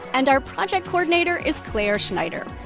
and our project coordinator is clare schneider.